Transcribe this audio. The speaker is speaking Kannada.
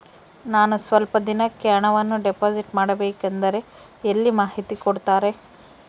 ನಾನು ಸ್ವಲ್ಪ ದಿನಕ್ಕೆ ಹಣವನ್ನು ಡಿಪಾಸಿಟ್ ಮಾಡಬೇಕಂದ್ರೆ ಎಲ್ಲಿ ಮಾಹಿತಿ ಕೊಡ್ತಾರೆ?